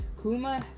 Kuma